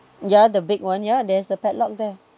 yeah the big one yeah there is a padlock there